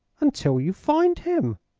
until you find him.